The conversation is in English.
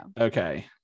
Okay